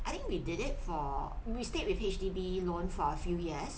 I think we did it for we stayed with H_D_B loan for a few years